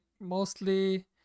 Mostly